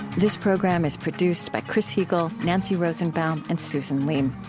this program is produced by chris heagle, nancy rosenbaum, and susan leem.